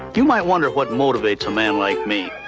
you might wonder what motivates a man like me.